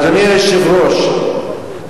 אדוני היושב-ראש,